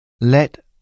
Let